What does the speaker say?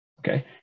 okay